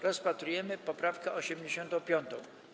Rozpatrujemy poprawkę 85.